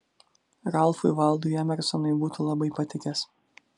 ralfui valdui emersonui būtų labai patikęs